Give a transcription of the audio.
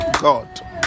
God